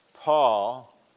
Paul